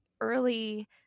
early